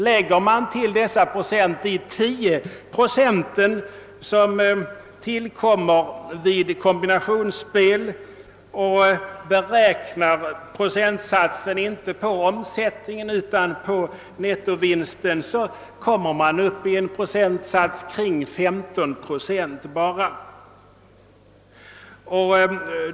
Lägger man till detta de 10 procent som utgår vid kombinationsspel och beräknar procentsatsen inte på omsättningen utan på nettovinsten, kommer man bara till omkring 15 procent.